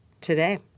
today